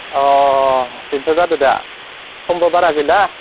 अ बेनोथ' जादों दा समबो बारा गैला